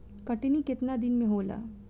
कटनी केतना दिन मे होला?